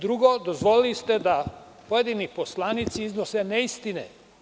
Drugo, dozvolili ste da pojedini poslanici iznose neistine.